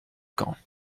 camps